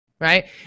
right